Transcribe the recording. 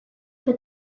but